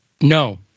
No